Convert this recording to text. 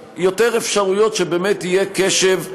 גם מידה של צניעות,